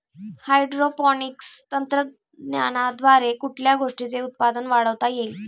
Hydroponics तंत्रज्ञानाद्वारे कुठल्या गोष्टीचे उत्पादन वाढवता येईल?